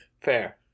Fair